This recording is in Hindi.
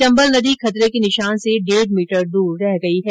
चम्बल नदी खतरे के निशान से डेढ मीटर दूर रह गई है